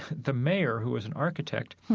the mayor, who is an architect,